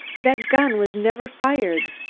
that gun was never fired!